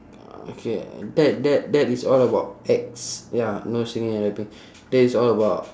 okay that that that is all about ex ya no singing and rapping that is all about